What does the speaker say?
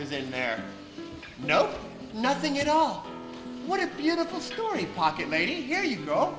was in there no nothing you know what a beautiful story pocket made here you go